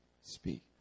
speak